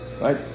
Right